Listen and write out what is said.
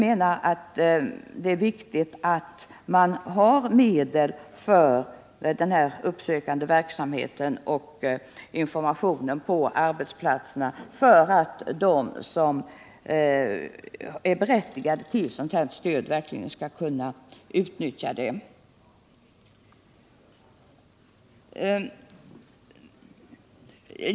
Men det är viktigt att man har medel för denna uppsökande verksamhet och informationen på arbetsplatserna för att de som är berättigade till sådant stöd verkligen skall kunna utnyttja det.